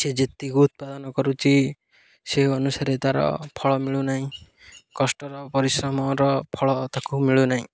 ସେିଏ ଯେତିକି ଉତ୍ପାଦନ କରୁଚି ସେ ଅନୁସାରେ ତାର ଫଳ ମିଳୁନାହିଁ କଷ୍ଟର ପରିଶ୍ରମର ଫଳ ତାକୁ ମିଳୁନାହିଁ